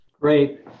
Great